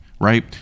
right